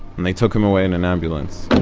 and they took him away in an ambulance.